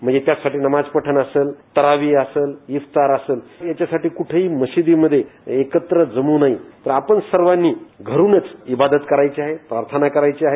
म्हणजे त्यासाठी नमाज पठण असंल तर्रावी असंल इफ्तार असंल याच्यासाठी कुठेही मशिदींमधे एकत्र जम् नये तर आपण सर्वांनी घरूनच इबादत करायची आहे पार्थना करायची आहे